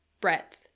breadth